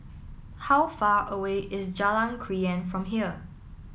how far away is Jalan Krian from here